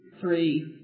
three